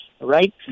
Right